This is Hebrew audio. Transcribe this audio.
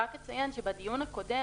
רק אציין שבדיון הקודם,